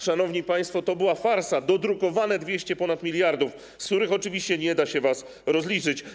Szanowni państwo, to była farsa, dodrukowane ponad 200 mld, z których oczywiście nie da się was rozliczyć.